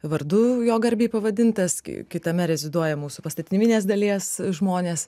vardu jo garbei pavadintas kitame reziduoja mūsų pastatyminės dalies žmonės